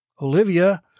Olivia